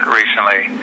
recently